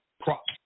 props